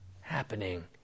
happening